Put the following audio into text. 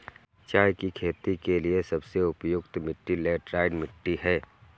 चाय की खेती के लिए सबसे उपयुक्त मिट्टी लैटराइट मिट्टी है